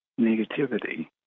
negativity